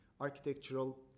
architectural